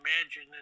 imagine